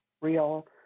Real